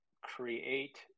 create